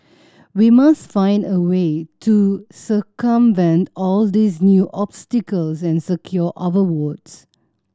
we must find a way to circumvent all these new obstacles and secure our votes